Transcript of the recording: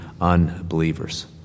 unbelievers